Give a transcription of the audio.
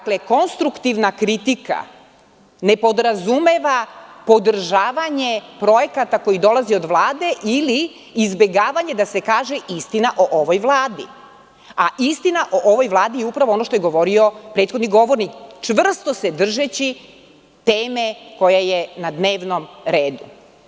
Konstruktivna kritika ne podrazumeva podržavanje projekata koji dolaze od Vlade ili izbegavanje da se kaže istina o ovoj Vladi, a istina o ovoj Vladi je upravo ono što je govorio prethodni govornik, čvrsto se držeći teme koja je na dnevnom redu.